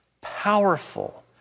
powerful